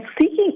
seeking